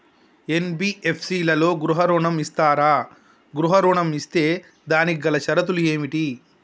NBFC లలో గృహ ఋణం ఇస్తరా? గృహ ఋణం ఇస్తే దానికి గల షరతులు ఏమిటి?